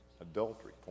adultery